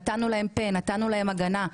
נתנו להם פה, נתנו להם הגנה.